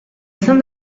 izan